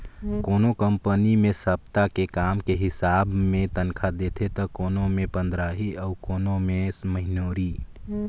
कोनो कंपनी मे सप्ता के काम के हिसाब मे तनखा देथे त कोनो मे पंदराही अउ कोनो मे महिनोरी